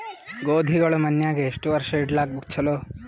ಗೋಧಿಗಳು ಮನ್ಯಾಗ ಎಷ್ಟು ವರ್ಷ ಇಡಲಾಕ ಚಲೋ?